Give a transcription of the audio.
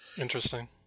Interesting